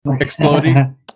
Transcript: exploding